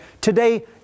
today